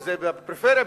אם בפריפריה,